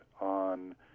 on